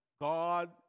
God